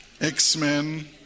X-Men